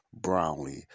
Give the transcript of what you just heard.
Brownlee